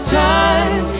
time